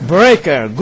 Breaker